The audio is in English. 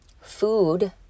food